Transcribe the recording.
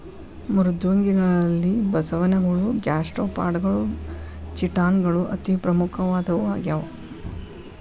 ಮೃದ್ವಂಗಿಗಳಲ್ಲಿ ಬಸವನಹುಳ ಗ್ಯಾಸ್ಟ್ರೋಪಾಡಗಳು ಚಿಟಾನ್ ಗಳು ಅತಿ ಪ್ರಮುಖವಾದವು ಆಗ್ಯಾವ